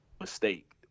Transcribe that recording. mistake